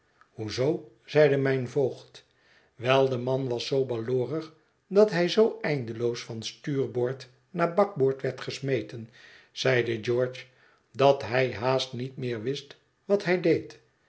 zoo zeide mijn voogd wel de man was zoo baloorig dat hij zoo eindeloos van stuurboord naar bakboord werd gesmeten zeide george dat hij haast niet meer wist wat hij deed